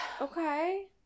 Okay